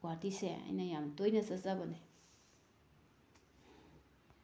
ꯒꯨꯍꯥꯇꯤꯁꯦ ꯑꯩꯅ ꯌꯥꯝꯅ ꯇꯣꯏꯅ ꯆꯠꯆꯕꯅꯤ